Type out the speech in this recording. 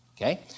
Okay